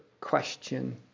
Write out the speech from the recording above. question